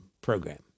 program